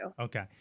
Okay